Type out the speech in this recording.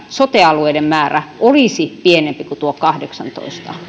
sote alueiden määrä olisi pienempi kuin tuo kahdeksantoista